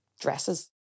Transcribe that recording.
dresses